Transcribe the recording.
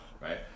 right